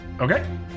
okay